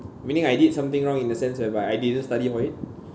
meaning I did something wrong in the sense whereby I didn't study for it